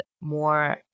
more